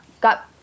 got